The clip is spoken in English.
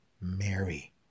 Mary